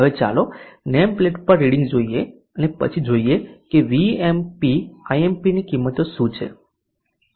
હવે ચાલો name plate readings જોઈએ અને પછી જોઈએ કે Vmp Imp ની કિંમતો શું છે